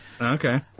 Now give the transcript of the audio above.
Okay